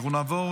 אנחנו נעבור